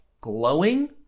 glowing